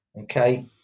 okay